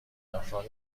افراد